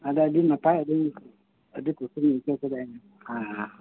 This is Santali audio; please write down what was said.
ᱟᱫᱚ ᱟᱹᱰᱤ ᱱᱟᱯᱟᱭ ᱟᱹᱰᱤ ᱠᱩᱥᱤᱧ ᱟᱹᱭᱠᱟᱹᱣ ᱠᱮᱫᱟ ᱦᱮᱸ